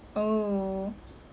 oh